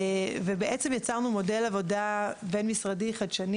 בעצם יצרנו מודל עבודה בין משרדי חדשני